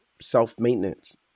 self-maintenance